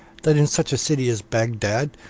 that in such a city as bagdad,